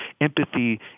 empathy